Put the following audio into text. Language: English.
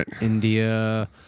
India